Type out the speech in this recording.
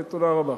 תודה רבה.